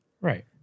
Right